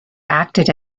acted